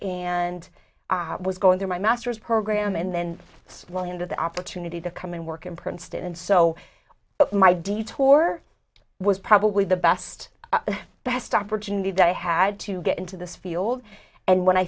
and i was going through my master's program and then swung into the opportunity to come and work in princeton and so but my detour was probably the best best opportunity that i had to get into this field and when i